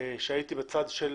כשהייתי בצד של